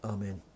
Amen